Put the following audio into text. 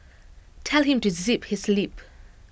tell him to zip his lip